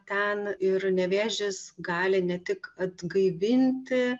ten ir nevėžis gali ne tik atgaivinti